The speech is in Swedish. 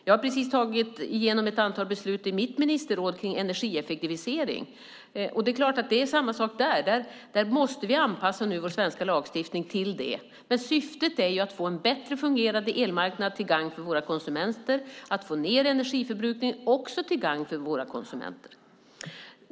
Jag har precis tagit ett antal beslut om energieffektivisering genom mitt ministerråd. Det är klart att det är samma sak där. Vi måste nu anpassa vår svenska lagstiftning till det. Men syftet är att få en bättre fungerande elmarknad till våra konsumenters gagn och att få ned energiförbrukningen också där till våra konsumenters gagn.